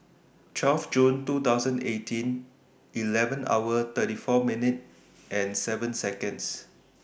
twelve June two thousand eighteen eleven hour thirty four minutes seven Seconds